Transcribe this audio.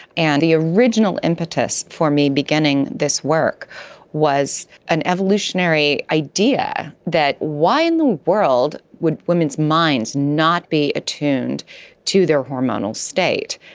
and the original impetus for me beginning this work was an evolutionary idea that why in the world would women's minds not be attuned to their hormonal state.